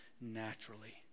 naturally